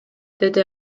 деди